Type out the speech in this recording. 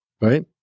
right